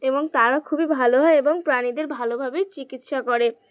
এবং তারা খুবই ভালো হয় এবং প্রাণীদের ভালোভাবেই চিকিৎসা করে